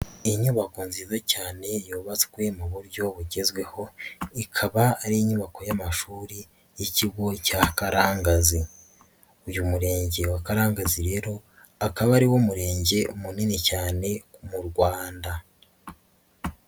Inyubako nziza cyane yubatswe mu buryo bugezweho, ikaba ari inyubako y'amashuri y'ikigo cya Karangazi, uyu murenge wa Karangazi rero akaba ari wo murenge munini cyane mu Rwanda.